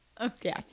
Okay